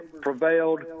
prevailed